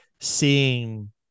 seeing